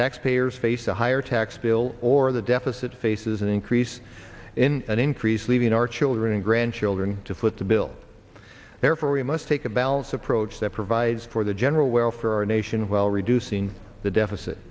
taxpayers face a higher tax bill or the deficit faces an increase in an increase leaving our children and grandchildren to foot the bill therefore we must take a balanced approach that provides for the general welfare our nation while reducing the deficit